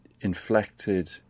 inflected